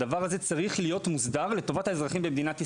הדבר הזה צריך להיות מוסדר לטובת האזרחים במדינת ישראל.